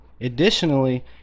Additionally